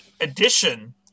edition